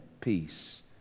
peace